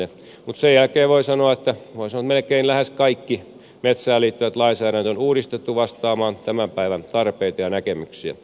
mutta sen jälkeen voi sanoa lähes kaikki metsään liittyvä lainsäädäntö on uudistettu vastaamaan tämän päivän tarpeita ja näkemyksiä